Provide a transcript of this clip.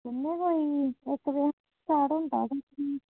जन्नें आं कोई इक बजे